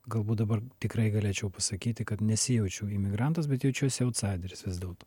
galbūt dabar tikrai galėčiau pasakyti kad nesijaučiau imigrantas bet jaučiuosi autsaideris vis dėlto